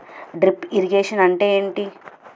Drip irrigation అంటే ఏమిటి?